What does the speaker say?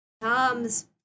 Tom's